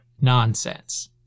nonsense